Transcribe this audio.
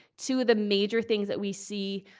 two of the major things that we see